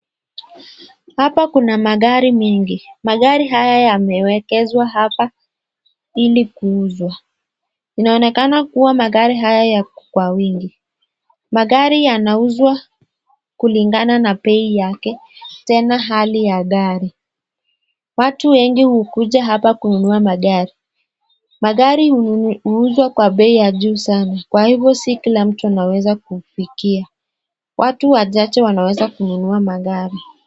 Hapa kuna magari mingi. Magari haya yamewekezwa hapa ili kuuzwa. Inaonekana kuwa magari haya yako kwa wingi. Magari yanauzwa kulingana na bei yake, tena hali ya gari. Watu wengi hukuja hapa kununua magari. Magari huuzwa kwa bei ya juu sana kwa hivyo si kila mtu anaweza kufikia. Watu wachache wanaweza kununua magari.